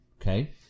okay